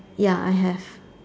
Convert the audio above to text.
ya I have